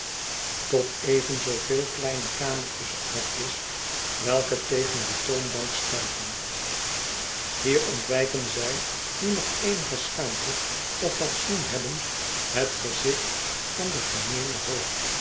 tot even zooveel kleine kamertjes of hokjes welke tegen de toonbank stuiten hier ontwijken zij die nog eenige schaamte of fatsoen hebben het gezicht van den gemeenen hoop